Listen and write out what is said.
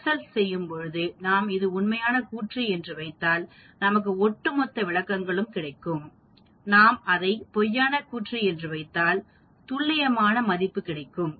Excel இல் செய்யும் பொழுது நாம் அது உண்மையான கூற்று என்று வைத்தால் நமக்கு ஒட்டுமொத்த விளக்கங்களும் கிடைக்கும் நாம் அதை பொய்யான கூற்று என்று வைத்தால் துல்லியமான மதிப்பு கிடைக்கும்